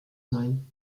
sein